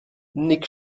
nick